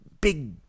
big